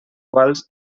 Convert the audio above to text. quals